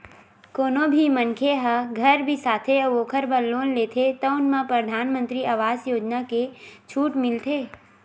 कोनो भी मनखे ह घर बिसाथे अउ ओखर बर लोन लेथे तउन म परधानमंतरी आवास योजना के छूट मिलथे